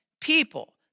people